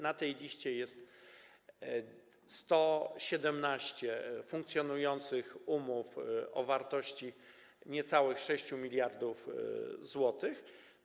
Na tej liście jest 117 funkcjonujących umów o wartości niecałych 6 mld zł.